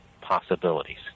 possibilities